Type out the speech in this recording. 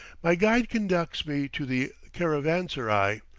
my guide conducts me to the caravanserai,